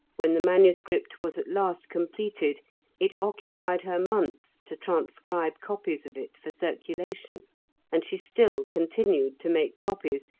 when the manuscript was at last completed it occupied her months to transcribe copies of it for circulation and she still continued to make copies,